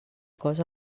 cost